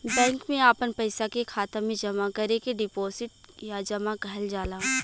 bank मे आपन पइसा के खाता मे जमा करे के डीपोसिट या जमा कहल जाला